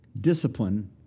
Discipline